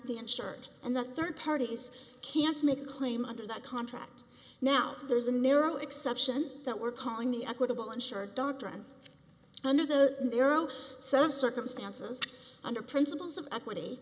the insured and the third parties can't make a claim under that contract now there's a narrow exception that we're calling the equitable insured doctrine under the narrow set of circumstances under principles of equity